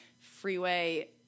freeway